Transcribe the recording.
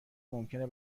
ممکنه